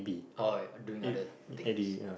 oh doing other things